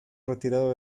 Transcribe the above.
retirado